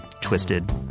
twisted